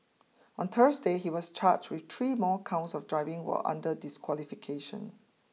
on Thursday he was charged with three more counts of driving while under disqualification